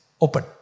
open